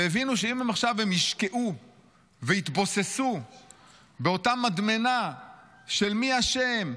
והבינו שאם עכשיו הם ישקעו ויתבוססו באותה מדמנה של מי אשם,